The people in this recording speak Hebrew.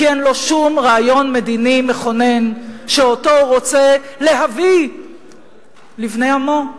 כי אין לו שום רעיון מדיני מכונן שאותו הוא רוצה להביא לבני עמו.